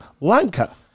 Lanka